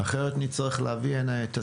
אחרת נצטרך להביא הנה את השר,